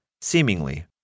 seemingly